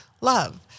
love